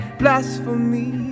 blasphemy